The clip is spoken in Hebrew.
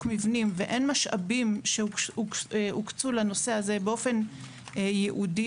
מבנים ואין משאבים שהוקצו לנושא הזה באופן ייעודי,